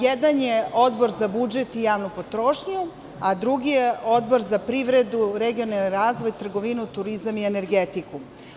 Jedan je Odbor za budžet i javnu potrošnju, a drugi je Odbor za privredu, regionalni razvoj, trgovinu, turizam i energetiku.